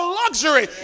luxury